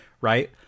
right